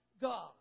God